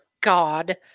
God